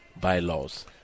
bylaws